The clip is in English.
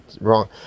wrong